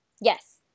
Yes